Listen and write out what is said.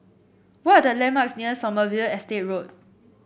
what are the landmarks near Sommerville Estate Road